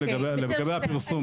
לגבי הפרסום,